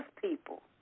people